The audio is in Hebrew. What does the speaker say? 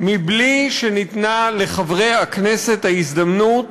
ומקודמת בלי שניתנה לחברי הכנסת ההזדמנות